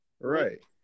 Right